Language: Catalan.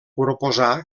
proposà